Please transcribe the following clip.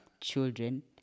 children